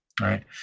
right